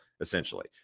essentially